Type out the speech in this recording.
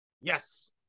Yes